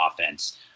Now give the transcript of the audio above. offense